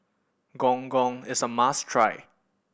Gong Gong is a must try